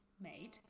made